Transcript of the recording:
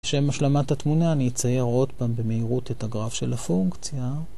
בשם השלמת התמונה אני אצייר עוד פעם במהירות את הגרף של הפונקציה.